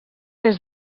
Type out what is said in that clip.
des